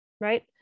right